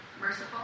Merciful